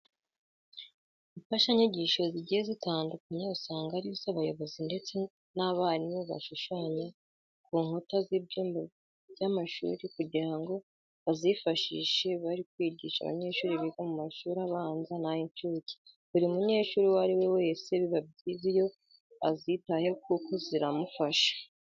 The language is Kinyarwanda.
Imfashanyigisho zigiye zitandukanye usanga ari zo abayobozi ndetse n'abarimu bashushanya ku nkuta z'ibyumba by'amashuri kugira ngo bazifashishe bari kwigisha abanyeshuri biga mu mashuri abanza n'ay'incuke. Buri munyeshuri uwo ari we wese biba byiza iyo azitayeho kuko ziramufasha.